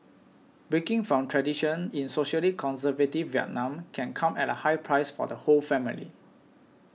breaking from tradition in socially conservative Vietnam can come at a high price for the whole family